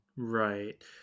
Right